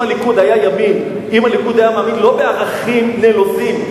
אם הליכוד היה מאמין לא בערכים נלוזים,